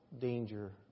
danger